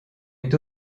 est